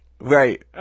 Right